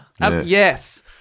Yes